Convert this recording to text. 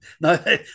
No